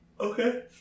Okay